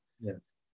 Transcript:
Yes